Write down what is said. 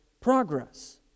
progress